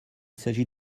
s’agit